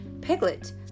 Piglet